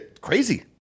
Crazy